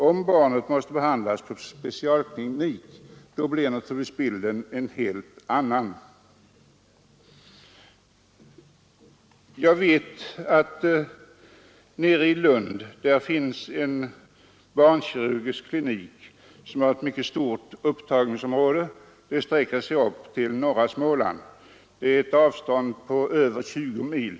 Om barnet måste behandlas på specialklinik blir naturligtvis bilden en helt annan. Jag vet att det nere i Lund finns en barnkirurgisk klinik som har ett mycket stort upptagningsområde. Det sträcker sig upp till norra Småland — ett avstånd på över 20 mil.